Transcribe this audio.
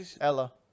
Ella